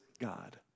God